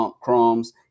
crumbs